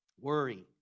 worry